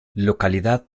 localidad